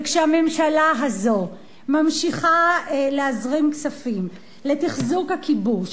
וכשהממשלה הזאת ממשיכה להזרים כספים לתחזוק הכיבוש,